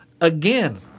Again